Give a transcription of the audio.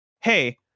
hey